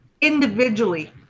individually